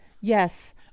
Yes